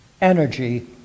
energy